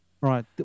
Right